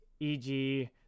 EG